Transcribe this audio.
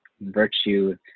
virtue